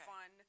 Fun